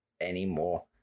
anymore